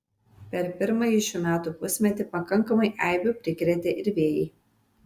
per pirmąjį šių metų pusmetį pakankamai eibių prikrėtė ir vėjai